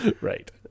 right